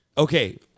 Okay